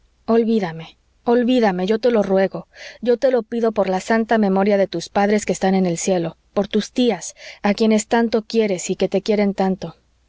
olvídame olvídame yo te lo ruego yo te lo pido por la santa memoria de tus padres que están en el cielo por tus tías a quienes tanto quieres y que te quieren tanto